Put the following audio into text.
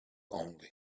only